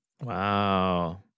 wow